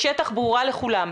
בשטח ברורה לכולם.